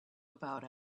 about